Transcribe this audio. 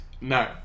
No